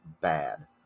bad